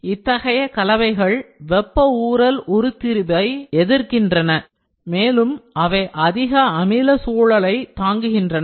இத்தகைய கலவைகள் வெப்ப ஊரல் உருத்திரிபை எதிர்க்கின்றன மேலும் அவை அதிக அமில சூழலை தாங்குகின்றன